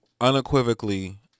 unequivocally